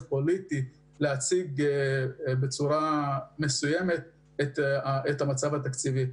הפוליטי שיש למצג מסוים של המצב התקציבי.